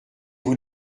vous